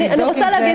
אני רוצה להגיד,